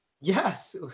yes